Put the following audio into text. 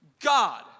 God